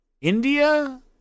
India